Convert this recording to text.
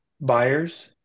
buyers